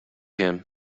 him